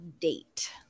date